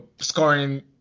scoring